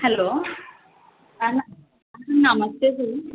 hello నమస్తే sir